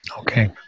Okay